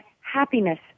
happiness